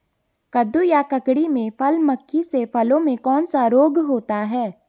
कद्दू या ककड़ी में फल मक्खी से फलों में कौन सा रोग होता है?